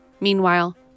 Meanwhile